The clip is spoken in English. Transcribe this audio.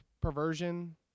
perversion